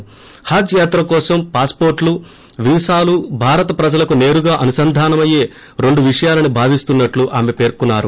హజ్ యాత్ర కోసం పాస్వోర్టులు వీసాలు భారత ప్రజలకు నేరుగా అనుసంధానమయ్యే రెండు విషయాలని భావిస్తున్నట్లు ఆమె పేర్కొన్నారు